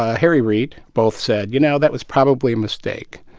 ah harry reid both said, you know, that was probably a mistake.